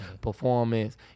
performance